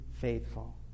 faithful